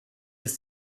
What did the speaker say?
ist